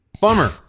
Bummer